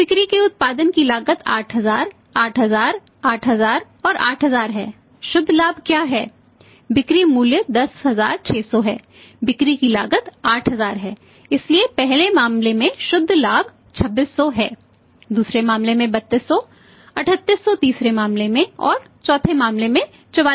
तो बिक्री के उत्पादन की लागत 8000 8000 8000 और 8000 है शुद्ध लाभ क्या है बिक्री मूल्य 10600 है बिक्री की लागत 8000 है इसलिए पहले मामले में शुद्ध लाभ 2600 है दूसरे मामले में 3200 3800 तीसरे मामले में और चौथे मामले में 4400